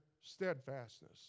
steadfastness